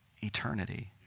eternity